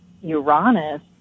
Uranus